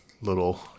little